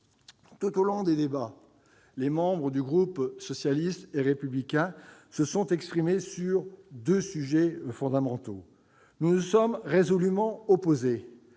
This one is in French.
Tout au long des débats, les membres du groupe socialiste et républicain se sont exprimés sur deux sujets fondamentaux. Tout d'abord, nous nous sommes résolument opposés